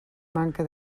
manca